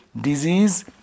disease